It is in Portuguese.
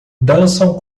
dançam